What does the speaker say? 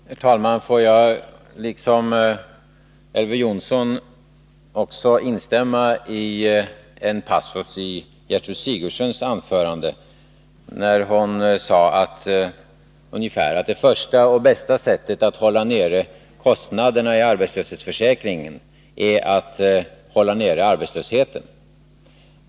Herr talman! Får jag, liksom Elver Jonsson, instämma i en passus i Gertrud Sigurdsens anförande: att det första och bästa sättet att hålla nere kostnaderna i samband med arbetslöshetsersättning är att hålla nere arbetslösheten.